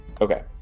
Okay